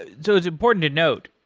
ah so it's important to note,